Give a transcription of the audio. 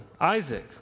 Isaac